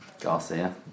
Garcia